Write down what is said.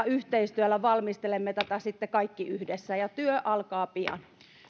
yhteistyöllä valmistelemme tätä sitten kaikki yhdessä ja työ alkaa pian